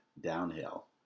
downhill